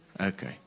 Okay